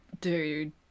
dude